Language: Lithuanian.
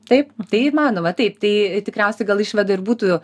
taip tai įmanoma taip tai tikriausiai gal išvada ir būtų